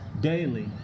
daily